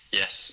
yes